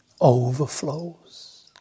overflows